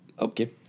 Okay